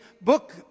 book